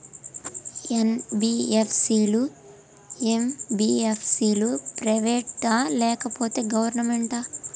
NBFC లు, MBFC లు private ఆ లేకపోతే గవర్నమెంటా?